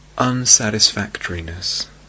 unsatisfactoriness